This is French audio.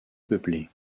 peuplé